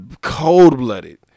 Cold-blooded